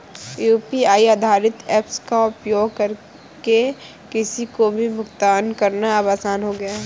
UPI आधारित apps का उपयोग करके किसी को भी भुगतान करना अब आसान हो गया है